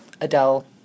Adele